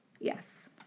Yes